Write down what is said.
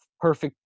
perfect